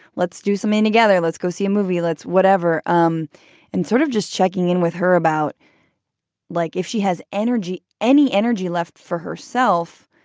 let's do something together. let's go see a movie. let's whatever. um and sort of just checking in with her about like if she has energy, any energy left for herself,